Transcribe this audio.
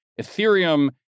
Ethereum